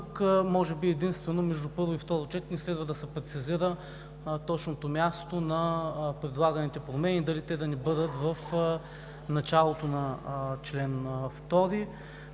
Тук може би единствено между първо и второ четене следва да се прецизира точното място на предлаганите промени дали те да не бъдат в началото на чл. 2 и